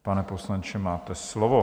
Pane poslanče, máte slovo.